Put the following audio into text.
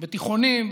בתיכונים,